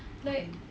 mm mm